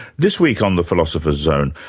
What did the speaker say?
this week on the philosopher's zone,